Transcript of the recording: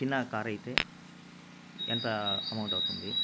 చిన్నా car అయితే ఎంత amount అవుతుంది